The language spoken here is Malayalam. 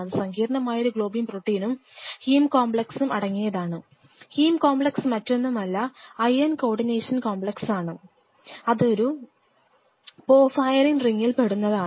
അത് സങ്കീർണമായ ഒരു ഗ്ലോബിൻ പ്രോട്ടീനും ഹീം കോംപ്ലെക്സും അടങ്ങിയതാണ് ഹീം കോംപ്ലക്സ് മറ്റൊന്നുമല്ല അയൻ കോഡിനേഷൻ കോംപ്ലക്സാണ് അതൊരു പൊര്പഹൈറിൻ റിങ്ങിൽ പെടുന്നതാണ്